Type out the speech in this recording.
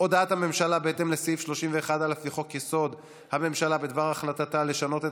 הודעת הממשלה בהתאם לסעיף 31(א) לחוק-יסוד: הממשלה בדבר החלטתה לשנות את